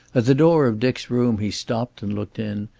at the door of dick's room he stopped and looked in,